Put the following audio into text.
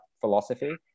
philosophy